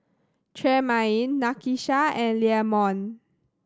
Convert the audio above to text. Tremaine Nakisha and Leamon